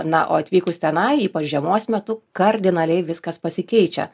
na o atvykus tenai ypač žiemos metu kardinaliai viskas pasikeičia